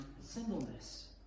singleness